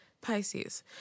Pisces